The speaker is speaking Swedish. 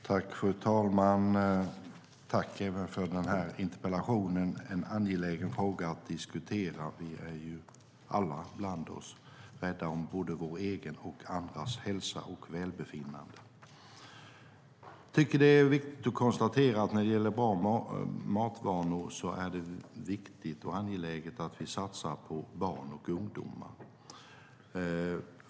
Fru talman! Tack för även den här interpellationen! Det är en angelägen fråga för oss alla att diskutera. Det gäller både vår egen och andras hälsa och välbefinnande. Jag tycker att det är viktigt när det gäller bra matvanor att vi satsar på barn och ungdomar.